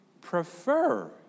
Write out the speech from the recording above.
prefer